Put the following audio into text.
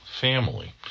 family